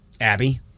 abby